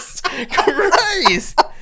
Christ